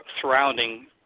surrounding